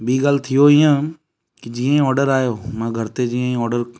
ॿी ॻाल्हि थियो ईअं की जीअं ऑडर आयो मां घर ते जीअं ऑडर